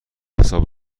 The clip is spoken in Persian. حساب